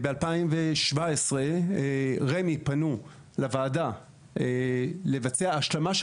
ב-2017 רמ"י פנו לוועדה לבצע השלמה של